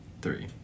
Three